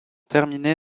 terminé